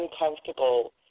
uncomfortable